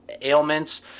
ailments